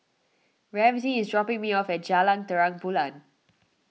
Ramsey is dropping me off at Jalan Terang Bulan